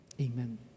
Amen